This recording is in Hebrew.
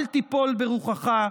אל תיפול ברוחך.